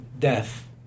death